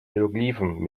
hieroglyphen